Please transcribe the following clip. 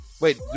Wait